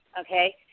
okay